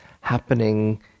happening